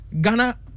Ghana